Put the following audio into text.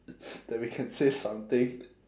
that we can say something